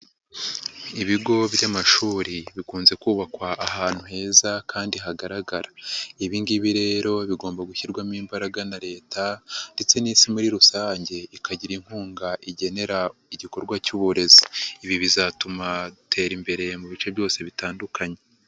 Ibigo by'amashuri bikunze kubakwa ahantu heza kandi hagaragara. Ibi ngibi rero bigomba gushyirwamo imbaraga na Leta ndetse n'isi muri rusange, ikagira inkunga igenera igikorwa cy'uburezi. Ibi bizatuma dutera imbere mu bice byose bitandukanye.